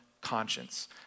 conscience